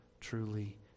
truly